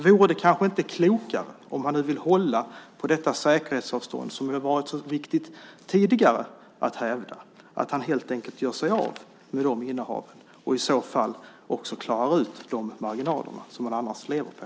Vore det inte klokare, om han nu vill hålla på detta säkerhetsavstånd som tidigare varit så viktigt att hävda, att helt enkelt göra sig av med de innehaven och i så fall också klara ut de marginaler som han annars lever på?